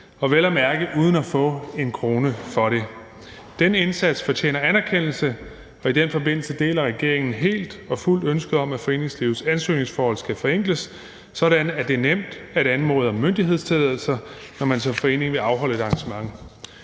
og vel at mærke uden at få en krone for det. Den indsats fortjener anerkendelse, og i den forbindelse deler regeringen fuldt og helt ønsket om, at foreningslivets ansøgningsforhold skal forenkles, sådan at det er nemt at anmode om myndighedstilladelser, når man som forening vil afholde et arrangement.